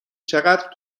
چقدر